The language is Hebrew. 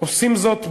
עושים זאת באחריות,